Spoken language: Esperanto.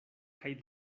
kaj